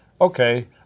Okay